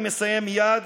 ברשותך, אני מסיים מייד.